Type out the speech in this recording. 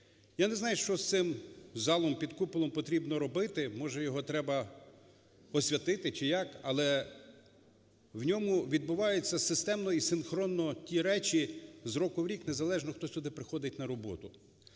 Я не знаю, що з цим залом під куполом потрібно робити, може його треба освятити, чи як, але в ньому відбуваються системно і синхронно ті речі з року в рік, незалежно, хто сюди приходить на роботу.